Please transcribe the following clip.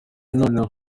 noneho